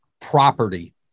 property